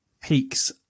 peaks